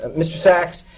ah mr. saks,